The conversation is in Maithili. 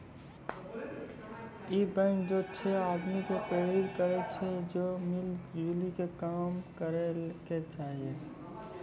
इ बैंक जे छे आदमी के प्रेरित करै छै जे मिली जुली के काम करै के चाहि